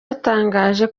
yatangaje